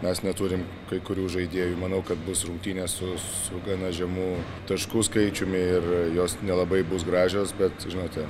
mes neturim kai kurių žaidėjų manau kad bus rungtynės su gana žemu taškų skaičiumi ir jos nelabai bus gražios bet žinote